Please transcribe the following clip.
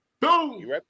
Boom